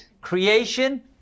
Creation